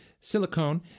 silicone